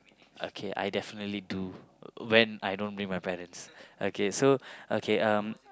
okay I definitely do when I don't bring my parents okay so okay um